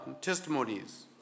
testimonies